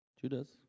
Judas